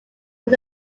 was